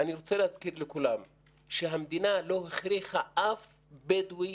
אני רוצה להזכיר לכולם שהמדינה לא הכריחה אף בדואי